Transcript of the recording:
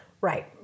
Right